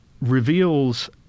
reveals